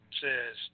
Says